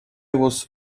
was